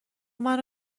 منو